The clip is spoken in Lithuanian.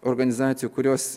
organizacijų kurios